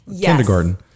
kindergarten